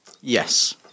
Yes